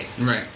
right